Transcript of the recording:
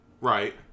right